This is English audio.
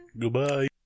Goodbye